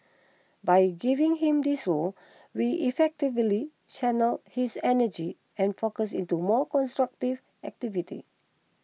by giving him this role we effectively channelled his energy and focus into more constructive activities